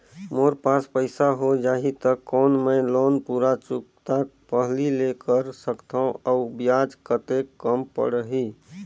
मोर पास पईसा हो जाही त कौन मैं लोन पूरा चुकता पहली ले कर सकथव अउ ब्याज कतेक कम पड़ही?